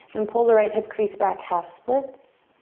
and pull the right hip crease back half splits.